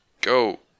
Go